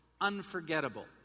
Unforgettable